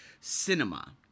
cinema